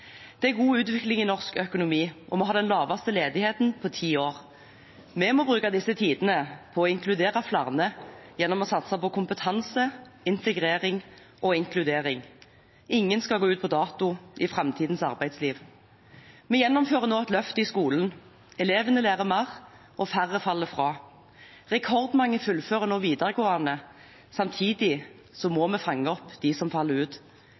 Det er en god utvikling i norsk økonomi, og vi har den laveste ledigheten på ti år. Vi må bruke disse tidene til å inkludere flere gjennom å satse på kompetanse, integrering og inkludering i arbeidslivet. Ingen skal gå ut på dato i framtidens arbeidsliv. Vi gjennomfører nå et løft i skolen, elevene lærer mer, og færre faller fra. Rekordmange fullfører nå videregående – samtidig må vi fange opp dem som faller ut.